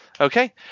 okay